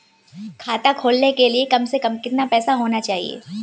खाता खोलने के लिए कम से कम कितना पैसा होना चाहिए?